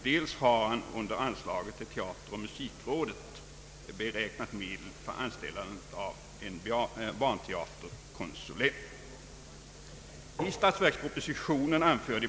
Dessutom har han under anslaget till Teateroch musikrådet beräknat medel för anställande av en barnteaterkonsulent.